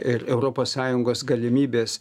ir europos sąjungos galimybės